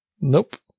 Nope